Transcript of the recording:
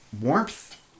warmth